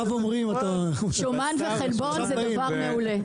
שומן וחלבון זה דבר מעולה.